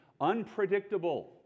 unpredictable